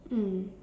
mm